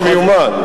משקיף מיומן.